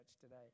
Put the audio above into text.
today